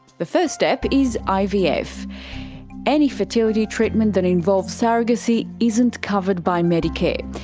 the first step is ivf. any fertility treatment that involves surrogacy isn't covered by medicare.